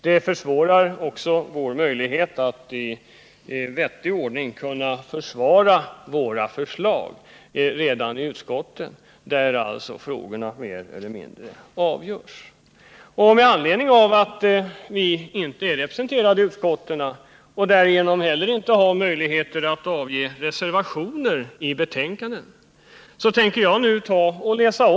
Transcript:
Det försvårar även våra möjligheter att i vettig ordning kunna försvara våra förslag redan i utskotten, där frågorna mer eller mindre avgörs. Om vi fått vara med vid arbetsmarknadsutskottets behandling av dessa frågor, skulle vi ha reserverat oss till förmån för våra förslag.